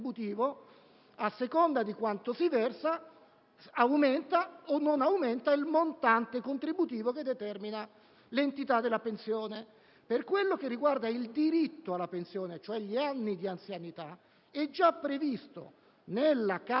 a seconda di quanto si versa, aumenta o meno il montante contributivo che determina l'entità della pensione. Per quanto riguarda il diritto alla pensione, e cioè gli anni di anzianità, è già prevista nella cassa